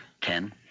Ten